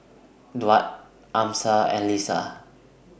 Daud Amsyar and Lisa